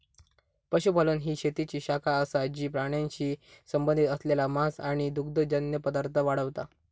पशुपालन ही शेतीची शाखा असा जी प्राण्यांशी संबंधित असलेला मांस आणि दुग्धजन्य पदार्थ वाढवता